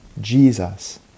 Jesus